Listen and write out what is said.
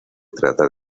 trata